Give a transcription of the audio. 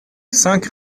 cinq